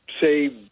say